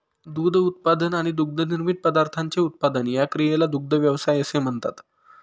दूध उत्पादन आणि दुग्धनिर्मित पदार्थांचे उत्पादन या क्रियेला दुग्ध व्यवसाय असे म्हणतात